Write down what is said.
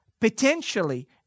potentially